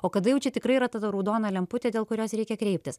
o kada jau čia tikrai yra ta ta raudona lemputė dėl kurios reikia kreiptis